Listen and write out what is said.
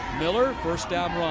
miller, first down run.